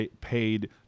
paid